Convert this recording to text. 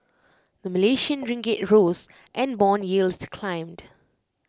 the Malaysian ringgit rose and Bond yields climbed